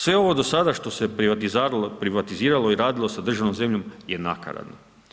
Sve ovo što se do sada što se privatiziralo i radilo sa državnom zemljom je nakaradno.